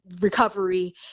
recovery